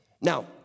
Now